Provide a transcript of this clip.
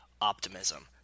optimism